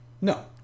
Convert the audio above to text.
No